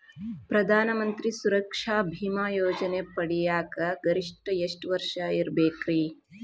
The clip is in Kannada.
ಪ್ರಧಾನ ಮಂತ್ರಿ ಸುರಕ್ಷಾ ಭೇಮಾ ಯೋಜನೆ ಪಡಿಯಾಕ್ ಗರಿಷ್ಠ ಎಷ್ಟ ವರ್ಷ ಇರ್ಬೇಕ್ರಿ?